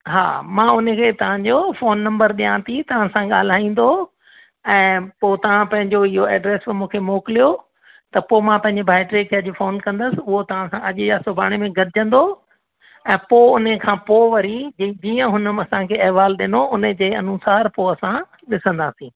हा मां उन खे तव्हांजो फ़ोन नंबर ॾियां थी तव्हां सां ॻाल्हाईंदो ऐं पोइ तव्हां पंहिंजो इहो एड्रेस मूंखे मोकिलियो त पोइ मां पंहिंजे भाइटे खे अॼु फ़ोन कंदसि उहो तव्हां सां अॼु या सुभाणे में गॾिजंदो ऐं पोइ उन खां पोइ वरी जीअं हुन असांखे अहवाल ॾिनो उन जे अनुसारु पोइ असां ॾिसंदासीं